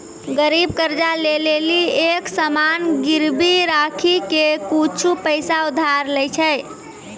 गरीब कर्जा ले लेली एक सामान गिरबी राखी के कुछु पैसा उधार लै छै